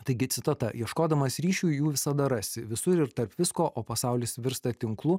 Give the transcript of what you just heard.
taigi citata ieškodamas ryšių jų visada rasi visur ir tarp visko o pasaulis virsta tinklu